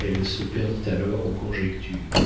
elle se perdit alors en conjectures